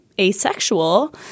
asexual